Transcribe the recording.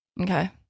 Okay